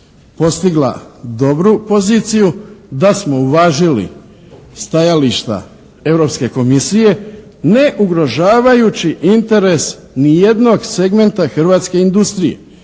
postigla dobru poziciju, da smo uvažili stajališta Europske komisije ne ugrožavajući interes ni jednog segmenta hrvatske industrije